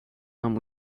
nam